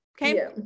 Okay